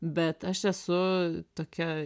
bet aš esu tokia